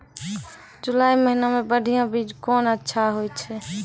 जुलाई महीने मे बढ़िया बीज कौन अच्छा होय छै?